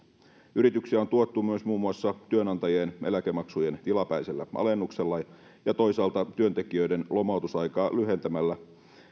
yrityksiä on tuettu myös muun muassa työnantajien eläkemaksujen tilapäisellä alennuksella ja toisaalta työntekijöiden lomautusaikaa lyhentämällä